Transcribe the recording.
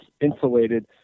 insulated